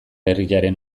herriaren